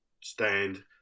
stand